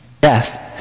death